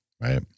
Right